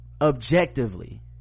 objectively